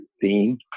theme